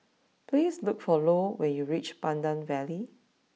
please look for Lou when you reach Pandan Valley